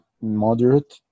moderate